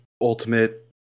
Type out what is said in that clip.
Ultimate